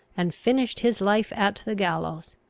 and finished his life at the gallows.